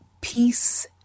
Peace